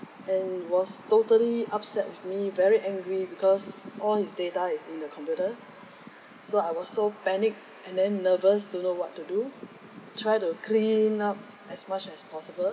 and he was totally upset with me very angry because all his data is in the computer so I was so panic and then nervous don't know what to do try to clean up as much as possible